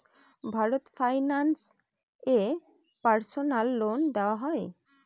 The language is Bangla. ভারত ফাইন্যান্স এ পার্সোনাল লোন দেওয়া হয়?